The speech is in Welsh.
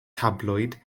tabloid